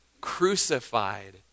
crucified